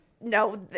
No